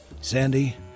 Sandy